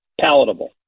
palatable